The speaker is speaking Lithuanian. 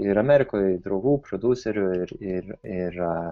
ir amerikoj draugų prodiuserių ir ir ir